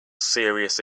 serious